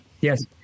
Yes